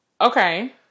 Okay